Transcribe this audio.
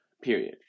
period